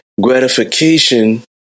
gratification